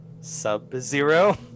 Sub-Zero